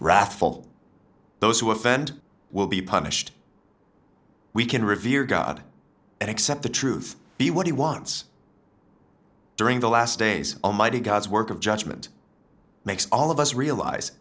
wrathful those who offend will be punished we can revere god and accept the truth he what he wants during the last days almighty god's work of judgment makes all of us realize